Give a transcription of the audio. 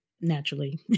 naturally